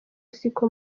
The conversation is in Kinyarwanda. siko